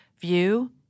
view